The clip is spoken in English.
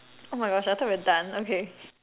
oh my gosh I thought we're done okay